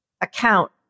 account